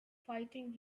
fighting